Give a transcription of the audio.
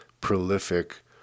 prolific